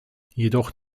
jedoch